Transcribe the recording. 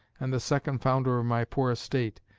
and the second founder of my poor estate,